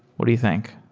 what do you think?